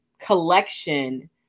collection